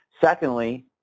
Secondly